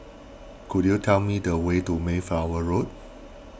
could you tell me the way to Mayflower Road